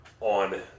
on